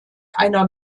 einer